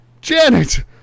Janet